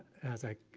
as an